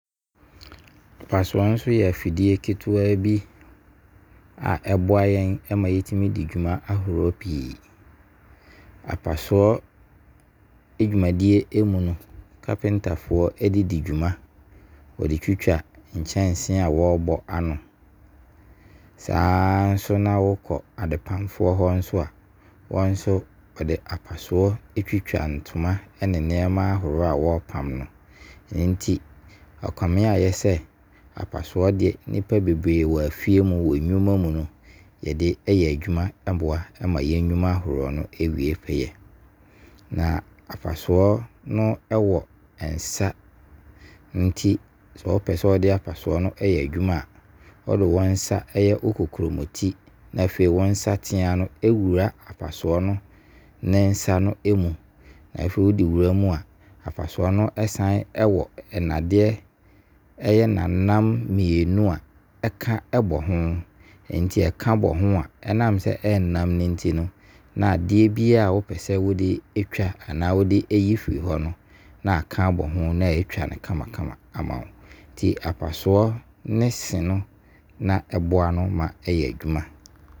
Apasoɔ nso yɛ afidie ketewa bi a ɛboa yɛn ma yɛtumi di dwuma ahoroɔ pii. Apasoɔ dwumadie mu no carpenterfoɔ de di dwuma. Wɔde twitwa nkyensee a wɔbɔ ano. Saa nso na wo kɔ adepamfoɔ hɔ nso a, wɔn nso wɔde apasoɔ twitwa ntoma ɛne nneɛma ahoroɔ wɔpam no. Ɛno nti ɛkame ayɛ sɛ apasoɔ deɛ nipa bebree wɔ afie mu a, wɔn nnwuma mu a wɔde di dwuma ma wɔn nnwuma ahoroɔ no ɛwie pɛyɛ. Na apasoɔ no wɔ nsa nti sɛ wo pɛ sɛ wo de apasoɔ no ɛyɛ adwuma a, wo de wo nsa ɛyɛ wo kokromoti na afei wo nsatea bɛwura apaso no ne nsa no ɛmu. Na afei wo de wura mu wie a, apasoɔ no sane wɔ nnadeɛ ɛyɛ namnam mmienu a ɛka bɔho. Ɛnti ɛka bɔ ho a, ɛnam sɛ, ɛnam no nti no, na adeɛ biara wo pɛ sɛ wo de ɛtwa anaa wo de yi firi hɔ no na aka abɔ ho na atwa no kamakama ama wo. Nti apasoɔ ne se no na ɛboa no ma ɛyɛ adwuma.